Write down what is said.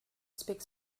speaks